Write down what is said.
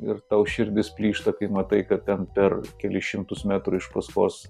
ir tau širdis plyšta kai matai kad ten per kelis šimtus metrų iš paskos